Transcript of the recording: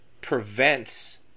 prevents